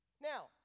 Now